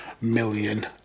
million